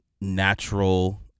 natural